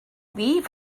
leave